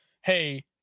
hey